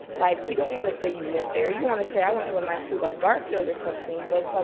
like you don't want to say you went there, you want to say i went to a nice cool like garfield or something but it's like,